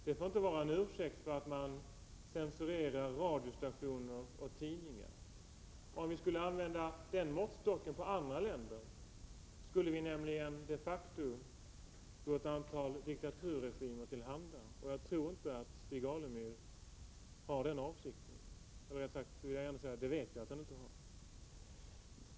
Det får inte vara en ursäkt för att man censurerar radiostationer och tidningar. Om vi skulle använda den måttstocken på andra länder skulle vi nämligen de facto gå ett antal diktaturregimer till handa, och jag vet att Stig Alemyr inte har den avsikten.